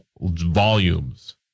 volumes